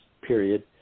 period